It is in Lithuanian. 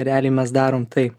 realiai mes darom taip